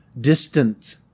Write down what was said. distant